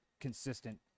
consistent